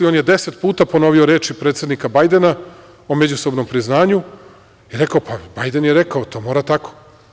On je deset puta ponovio reči predsednika Bajdena o međusobnom priznanju i rekao – pa, Bajden je rekao, to mora tako.